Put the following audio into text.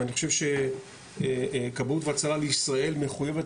ואני חושב שכבאות והצלה בישראל מחוייבת